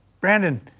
Brandon